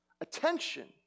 attention